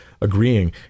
agreeing